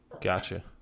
gotcha